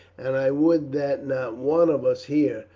and i would that not one of us here,